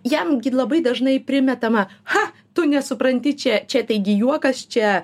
jam labai dažnai primetama cha tu nesupranti čia čia taigi juokas čia